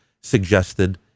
suggested